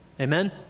Amen